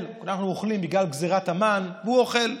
אנחנו צמים בגלל גזרת המן, והוא אוכל.